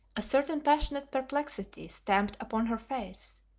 a certain passionate perplexity stamped upon her face,